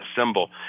symbol